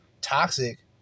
toxic